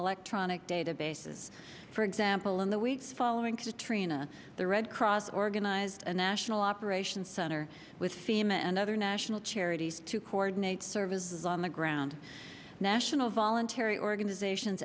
electronic databases for example in the weeks following katrina the red cross organized a national operation center with fema and other national charities to coordinate services on the ground national voluntary organizations